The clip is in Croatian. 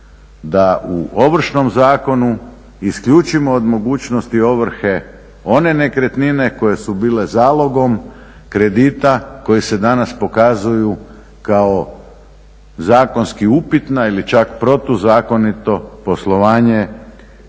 da u Ovršnom zakonu isključimo od mogućnosti ovrhe one nekretnine koje su bile zalogom kredita koje se danas pokazuju kao zakonski upitna ili čak protuzakonito poslovanje